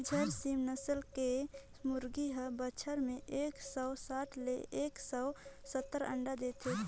झारसीम नसल के मुरगी हर बच्छर में एक सौ पैसठ ले एक सौ सत्तर अंडा देथे